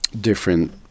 different